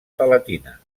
palatina